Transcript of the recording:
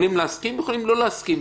יכולים להסכים ויכולים לא להסכים.